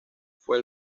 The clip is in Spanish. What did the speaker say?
fue